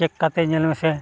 ᱠᱟᱛᱮᱫ ᱧᱮᱞ ᱢᱮᱥᱮ